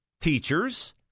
teachers